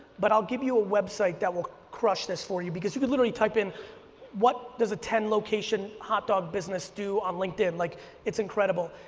but i'll give you a website that will crush this for you because you could literally type in what does a ten location hot dog business do on linkedin like it's incredible,